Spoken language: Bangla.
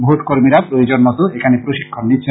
ভোট কর্মীরা প্রয়োজন মতো এখানে প্রশিক্ষন নিচ্ছেন